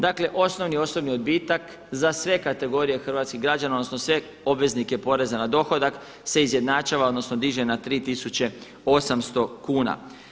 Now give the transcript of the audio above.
Dakle, osnovni osobni odbitak za sve kategorije hrvatskih građana, odnosno sve obveznike poreza na dohodak se izjednačava, odnosno diže na 3800 kuna.